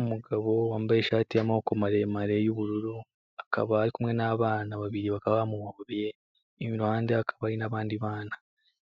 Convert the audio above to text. Umugabo wambaye ishati y'amaboko maremare y'ubururu, akaba ari kumwe n'abana babiri bakaba bamuhobeye, iruhande hakaba hari n'abandi bana,